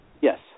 Yes